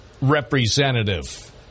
representative